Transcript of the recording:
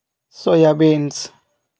soybeans